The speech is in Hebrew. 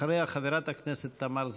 אחריה, חברת הכנסת תמר זנדברג.